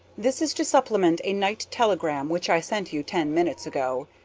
this is to supplement a night telegram which i sent you ten minutes ago.